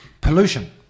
pollution